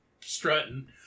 strutting